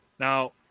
Now